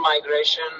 migration